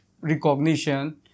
recognition